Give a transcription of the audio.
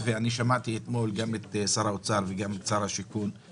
שמעתי אתמול גם את שר האוצר וגם את שר השיכון,